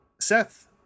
seth